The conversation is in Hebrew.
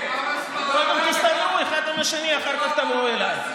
קודם תסתדרו אחד עם השני, אחר כך תבואו אליי.